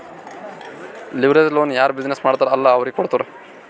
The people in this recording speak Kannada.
ಲಿವರೇಜ್ ಲೋನ್ ಯಾರ್ ಬಿಸಿನ್ನೆಸ್ ಮಾಡ್ತಾರ್ ಅಲ್ಲಾ ಅವ್ರಿಗೆ ಕೊಡ್ತಾರ್